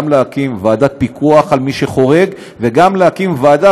גם להקים ועדת פיקוח על מי שחורג וגם להקים ועדה